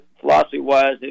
philosophy-wise